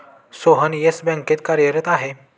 Sohan Yes बँकेत कार्यरत आहे